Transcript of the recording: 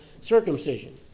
circumcision